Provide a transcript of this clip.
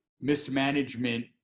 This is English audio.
mismanagement